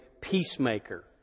peacemaker